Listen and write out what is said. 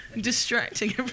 distracting